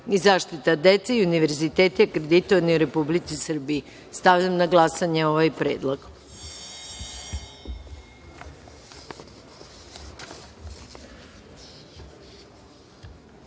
i zaštita dece i univerziteti akreditovani u Republici Srbiji. Stavljam na glasanje ovaj